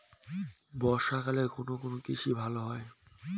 বর্ষা কালে কোন কোন কৃষি ভালো হয়?